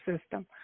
system